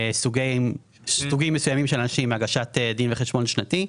סוגים מסוימים של אנשים מהגשת דין וחשבון שנתי.